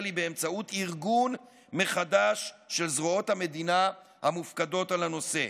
היא באמצעות ארגון מחדש של זרועות המדינה המופקדות על הנושא.